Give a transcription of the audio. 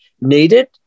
needed